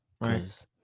Right